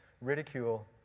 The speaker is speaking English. ridicule